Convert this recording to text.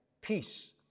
peace